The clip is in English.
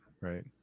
Right